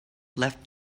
left